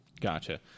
Gotcha